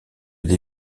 des